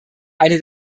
eine